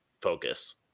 focus